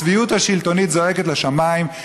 הצביעות השלטונית זועקת לשמיים.